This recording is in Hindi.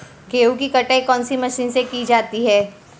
गेहूँ की कटाई कौनसी मशीन से की जाती है?